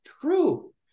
true